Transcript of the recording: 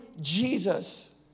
Jesus